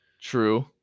true